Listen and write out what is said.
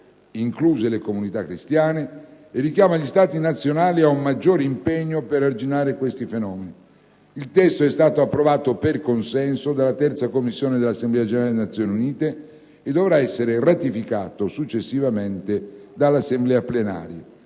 incluse quelle cristiane, e richiama gli Stati nazionali ad un maggiore impegno per arginare questi fenomeni. Il testo è stato approvato per consenso dalla Terza Commissione dell'Assemblea generale delle Nazioni Unite e dovrà essere successivamente ratificato dall'Assemblea plenaria.